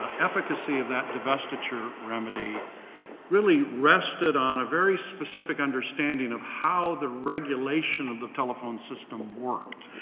ah efficacy of that divestiture remedy really rested on a very specific understanding of how the regulation of the telephone system worked,